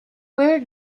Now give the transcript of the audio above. where